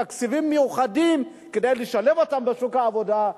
תקציבים מיוחדים כדי לשלב אותם בשוק העבודה,